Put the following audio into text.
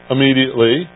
Immediately